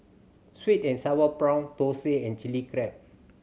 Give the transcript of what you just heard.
sweet and sour prawn thosai and Chili Crab